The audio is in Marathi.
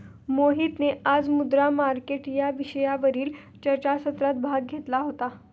मोहितने आज मुद्रा मार्केट या विषयावरील चर्चासत्रात भाग घेतला होता